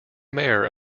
mayor